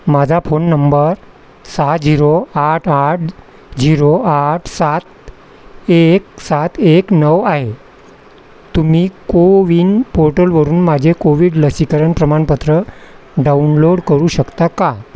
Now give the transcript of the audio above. माझा phone number सहा zero आठ आठ झिरो आठ सात एक सात एक नऊ आहे तुम्ही को विन पोर्टलवरून माझे कोविड लसीकरण प्रमाणपत्र डाउनलोड करू शकता का